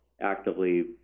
actively